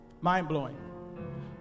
Mind-blowing